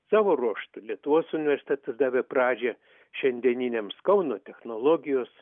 savo ruožtu lietuvos universitetas davė pradžią šiandieniniams kauno technologijos